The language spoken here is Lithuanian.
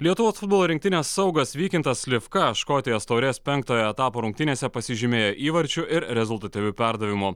lietuvos futbolo rinktinės saugas vykintas slivka škotijos taurės penktojo etapo rungtynėse pasižymėjo įvarčiu ir rezultatyviu perdavimu